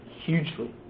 hugely